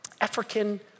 African